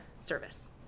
service